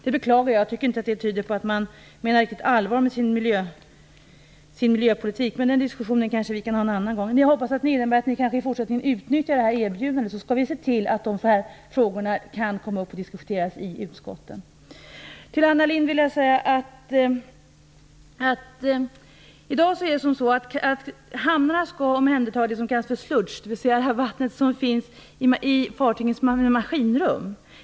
Det beklagar jag, och jag tycker inte att det tyder på att ni menar riktigt allvar med er miljöpolitik. Men den diskussionen kanske vi kan föra någon annan gång. Men jag hoppas att det innebär att ni i fortsättningen kanske utnyttjar vårt erbjudande, så skall vi se till att frågorna kan tas upp för diskussion i utskotten. Till Anna Lindh vill jag säga att i dag skall hamnarna omhänderta s.k. sluice, dvs. det vatten som finns i fartygens maskinrum.